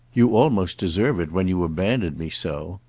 you almost deserve it when you abandon me so.